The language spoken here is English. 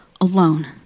alone